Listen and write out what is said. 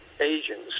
agents